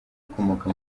ukomoka